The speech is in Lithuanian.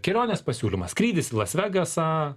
kelionės pasiūlymas skrydis į las vegasą